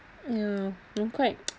ya I'm quite